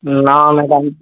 না ম্যাডাম